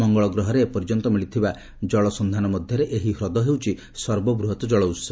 ମଙ୍ଗଳଗ୍ରହରେ ଏପର୍ଯ୍ୟନ୍ତ ମିଳିଥିବା ଜଳର ସନ୍ଧାନ ମିଳିଥିବା ମଧ୍ୟରେ ଏହି ହ୍ରଦ ହେଉଛି ସର୍ବବୃହତ ଜଳ ଉତ୍ସ